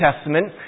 Testament